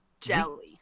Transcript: jelly